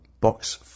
Box